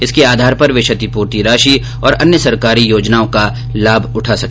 इसके आधार पर वे क्षतिपूर्ति राशि और अन्यसरकारी योजनाओं का लाभ उठा सके